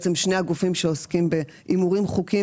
בעצם שני הגופים שעוסקים בהימורים חוקיים,